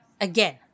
Again